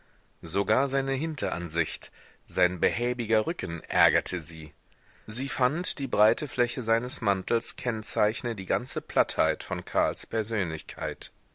sogar seine hinteransicht sein behäbiger rücken ärgerte sie sie fand die breite fläche seines mantels kennzeichne die ganze plattheit von karls persönlichkeit